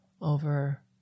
over